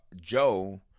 Joe